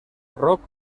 rock